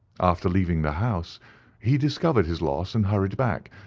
after leaving the house he discovered his loss and hurried back,